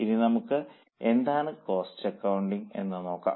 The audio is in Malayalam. ഇനി നമുക്ക് എന്താണ് കോസ്റ്റ് അക്കൌണ്ടിങ് എന്ന് നോക്കാം